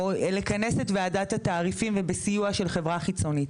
או לכנס את ועדת התעריפים ובסיוע של חברה חיצונית.